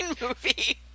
movie